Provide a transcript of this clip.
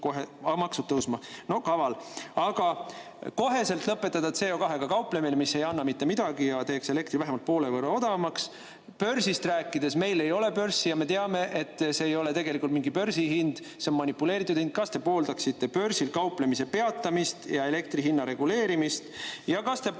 kohe ka maksud tõusma. Kaval! Aga koheselt lõpetada CO2-ga kauplemine, mis ei anna mitte midagi, teeks elektri vähemalt poole võrra odavamaks. Börsist rääkides – meil ei ole börsi. Me teame, et see ei ole tegelikult mingi börsihind, see on manipuleeritud hind. Kas te pooldaksite börsil kauplemise peatamist ja elektri hinna reguleerimist? Ja kas te pooldate